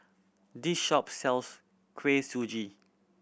this shop sells Kuih Suji